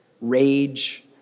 rage